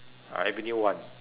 uh avenue one